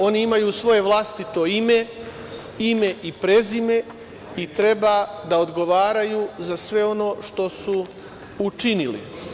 Oni imaju svoje vlastito ime i prezime i treba da odgovaraju za sve ono što su učinili.